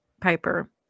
Piper